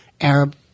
Arab